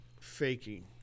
faking